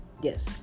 yes